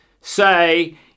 say